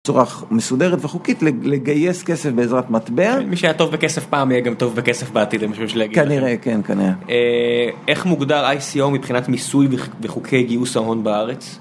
צורה מסודרת וחוקית לגייס כסף בעזרת מטבע מי שהיה טוב בכסף פעם יהיה גם טוב בכסף בעתיד אני חושב שזה להגיד כנראה, כן, כנראה איך מוגדר ICO מבחינת מיסוי וחוקי גיוס ההון בארץ?